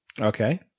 Okay